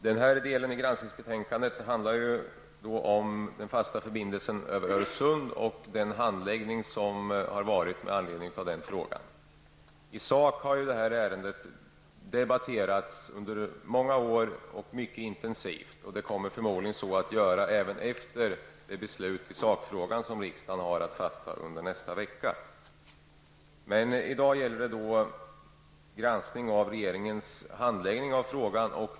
Herr talman! Denna del av granskningsbetänkandet handlar om den fasta förbindelsen över Öresund och den handläggning som har varit med anledning av den frågan. I sak har detta ärende debatterats mycket intensivt under många år. Så kommer förmodligen att ske även efter det beslut i sakfrågan som riksdagen har att fatta under nästa vecka. I dag gäller det granskning av regeringens handläggning av frågan.